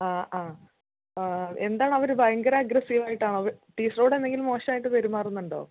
ആ ആ എന്താണ് അവർ ഭയങ്കര അഗ്രസീവ് ആയിട്ടാണോ ടീച്ചറോടെന്തെങ്കിലും മോശമായിട്ട് പെരുമാറുന്നുണ്ടോ